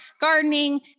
gardening